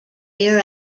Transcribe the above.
your